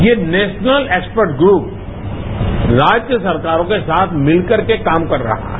ये national expert group राज्य सरकारों के साथ मिलकरके काम कर रहा है